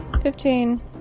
Fifteen